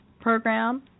program